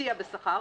שמסיע בשכר